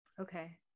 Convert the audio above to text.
okay